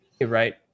right